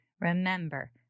remember